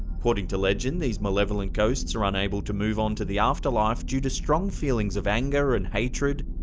according to legend, these malevolent ghosts are unable to move on to the afterlife due to strong feelings of anger and hatred.